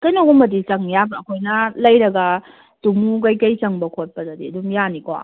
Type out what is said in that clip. ꯀꯩꯅꯣꯒꯨꯝꯕꯗꯤ ꯆꯪ ꯌꯥꯕ꯭ꯔꯣ ꯑꯩꯈꯣꯏꯅ ꯂꯩꯔꯒ ꯇꯨꯝꯃꯨ ꯀꯔꯤ ꯀꯔꯤ ꯆꯪꯕ ꯈꯣꯠꯄꯗꯗꯤ ꯑꯗꯨꯝ ꯌꯥꯅꯤꯀꯣ